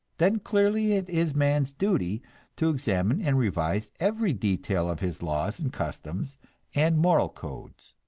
then clearly it is man's duty to examine and revise every detail of his laws and customs and moral codes.